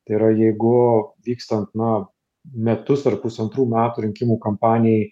tai yra jeigu vykstant na metus ar pusantrų metų rinkimų kampanijai